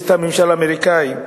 את הממשל האמריקני,